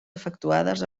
efectuades